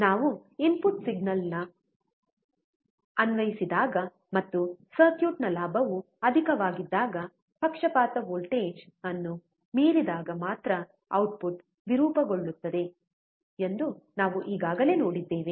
ನಾವು input signal ಅನ್ನು ಅನ್ವಯಿಸಿದಾಗ ಮತ್ತು ಸರ್ಕ್ಯೂಟ್ನ ಲಾಭವು ಅಧಿಕವಾಗಿದ್ದಾಗ ಪಕ್ಷಪಾತ ವೋಲ್ಟೇಜ್ ಅನ್ನು ಮೀರಿದಾಗ ಮಾತ್ರ ಔಟ್ಪುಟ್ ವಿರೂಪಗೊಳ್ಳುತ್ತದೆ ಎಂದು ನಾವು ಈಗಾಗಲೇ ನೋಡಿದ್ದೇವೆ